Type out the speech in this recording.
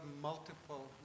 multiple